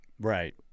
Right